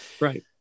right